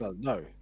No